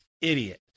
idiot